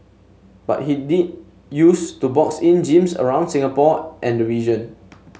but he did use to box in gyms around Singapore and the region